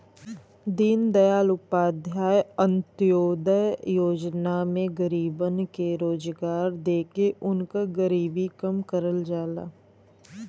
दीनदयाल उपाध्याय अंत्योदय योजना में गरीबन के रोजगार देके उनकर गरीबी कम करल जाला